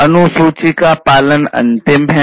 अनुसूची का पालन अंतिम है